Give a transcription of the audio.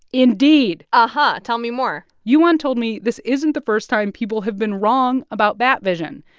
indeed uh-huh. tell me more johan told me this isn't the first time people have been wrong about bat vision.